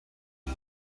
zur